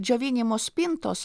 džiovinimo spintos